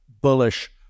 bullish